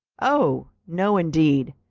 oh, no indeed,